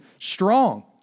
strong